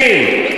אחרונים.